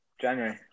January